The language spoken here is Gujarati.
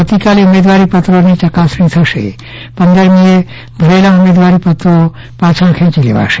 આવતીકાલે ઉમેદવારીપત્રોની ચકાસણી થશે અને ભરેલા ઉમેદવારીપત્રો પાછા ખેંચી લેવાશે